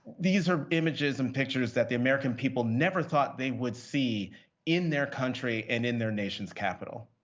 these are images and pictures that the american people never thought they would see in their country and in their nation's capital.